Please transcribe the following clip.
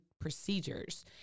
procedures